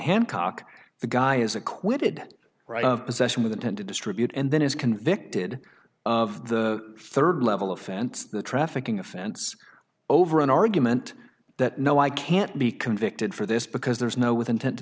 hancock the guy is acquitted right of possession with intent to distribute and then is convicted of the third level offense the trafficking offense over an argument that no i can't be convicted for this because there is no with intent to